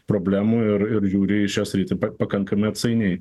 problemų ir ir žiūri į šią sritį pakankamai atsainiai